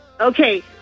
Okay